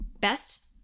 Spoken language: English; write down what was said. best